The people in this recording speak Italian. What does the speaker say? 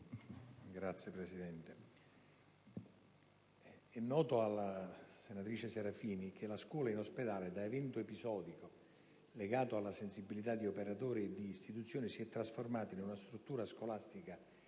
Signor Presidente, è noto agli onorevoli interroganti che la scuola in ospedale da evento episodico, legato alla sensibilità di operatori e di istituzioni, si è trasformata in una struttura scolastica reale